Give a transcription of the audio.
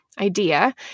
idea